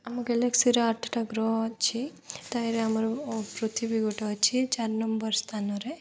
ଆମ ଗ୍ୟାଲେକ୍ସିର ଆଠଟା ଗ୍ରହ ଅଛି ତାହିଁରେ ଆମର ପୃଥିବୀ ଗୋଟେ ଅଛି ଚାରି ନମ୍ବର ସ୍ଥାନରେ